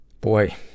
Boy